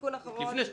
תיקון אחרון,